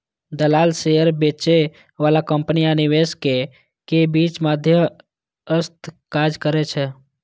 दलाल शेयर बेचय बला कंपनी आ निवेशक के बीच मध्यस्थक काज करै छै